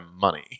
money